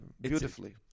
Beautifully